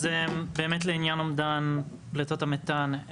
אז באמת לעניין אומדן פליטות המתאן,